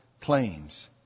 claims